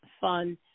fund